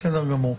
בסדר גמור.